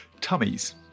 tummies